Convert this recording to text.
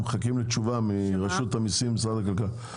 ואנחנו מחכים לתשובה מרשות המיסים וממשרד הכלכלה.